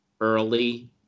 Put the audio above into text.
early